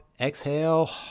exhale